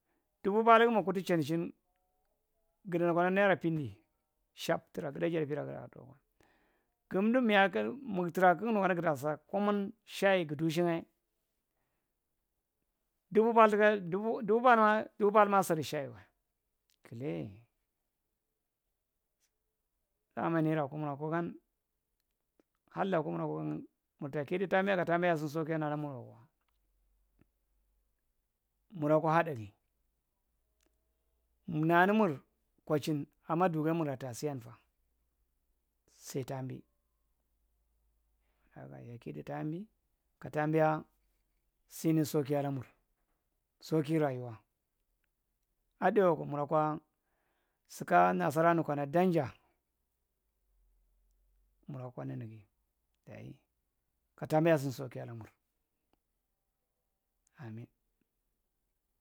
Dubu palthu muk’kurtu chandi chin ghudnu kana near pindi shap tra ghuda jedi evira kig hara tuwa gumdu miyaa kall muk- tra kugnu kana guda sa common shayi gudug’shingae dubu ipaathu dubu paalthu maa sadu shaayiwae killae zaamani ra kumura kwa gan halla kumura kwari murta kidu tambi ka taambiyan sini soki gan alamur wokwa mura kwa hatdari nanumur kochin ama duramur ratasiyan fa, sai tambi soki rayuwa adu’tdai woka mura’kwa su ka nasara nu kana danja mura’kwa nunigi daye ka taambiya sini sokia’lamur, amin.